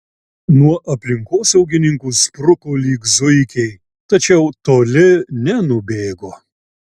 nuo aplinkosaugininkų spruko lyg zuikiai tačiau toli nenubėgo